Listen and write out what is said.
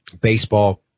baseball